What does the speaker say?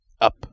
Up